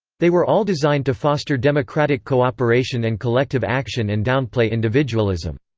they were all designed to foster democratic cooperation and collective action and downplay individualism.